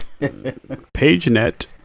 PageNet